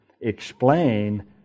explain